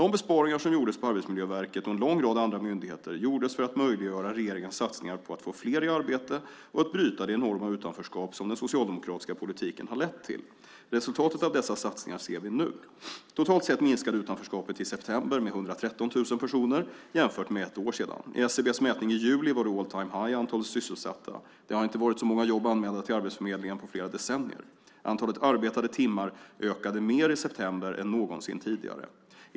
De besparingar som gjordes på Arbetsmiljöverket och en lång rad andra myndigheter gjordes för att möjliggöra regeringens satsningar på att få fler i arbete och att bryta det enorma utanförskap som den socialdemokratiska politiken har lett till. Resultatet av dessa satsningar ser vi nu. Totalt sett minskade utanförskapet i september med 113 000 personer jämfört med för ett år sedan. I SCB:s mätning i juli var det all-time-high i antalet sysselsatta. Det har inte varit så många jobb anmälda till arbetsförmedlingen på flera decennier. Antalet arbetade timmar ökade mer i september än någonsin tidigare.